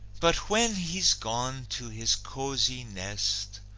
but when he's gone to his cozy nest,